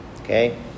okay